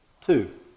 Two